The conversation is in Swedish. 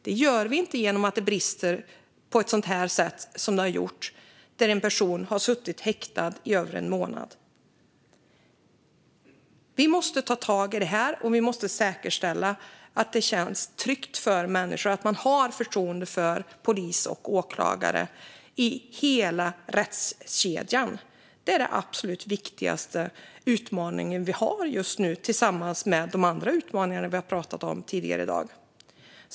Det gör vi inte när det brister så som det har gjort när en person har suttit häktad i över en månad. Vi måste ta tag i detta, och vi måste säkerställa att det känns tryggt för människor och att de har förtroende för polis och åklagare i hela rättskedjan. Det är den absolut viktigaste utmaningen vi har just nu, tillsammans med de andra utmaningarna vi har pratat om tidigare i dag.